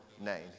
name